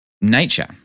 nature